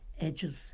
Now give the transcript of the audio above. edges